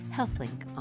Healthlink